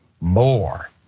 more